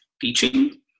teaching